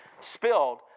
spilled